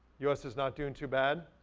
us is not doing too bad,